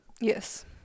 Yes